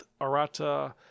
Arata